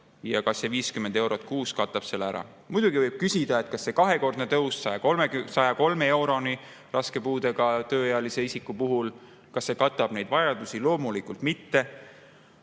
ja kas see 50 eurot kuus katab selle ära. Muidugi võib küsida, kas see kahekordne tõus 103 euroni raske puudega tööealise isiku puhul katab neid vajadusi. Loomulikult mitte,